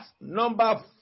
number